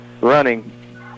running